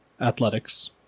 Athletics